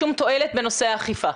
לתקנות אין שום תועלת בנושא האכיפה.